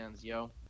yo